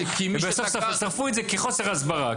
ובסוף שרפו את זה כי חוסר הסברה,